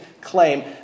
claim